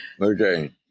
Okay